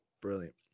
Brilliant